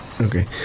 Okay